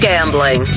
Gambling